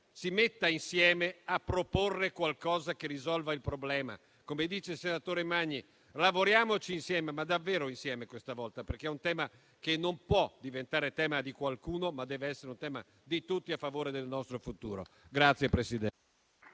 si mettano insieme e propongano qualcosa che risolva il problema. Come dice il senatore Magni, lavoriamoci insieme, ma davvero questa volta, perché è un tema che non può diventare di qualcuno, ma dev'essere di tutti, a favore del nostro futuro.